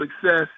success